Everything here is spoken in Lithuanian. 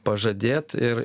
pažadėt ir